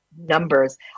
numbers